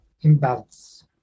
imbalance